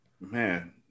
Man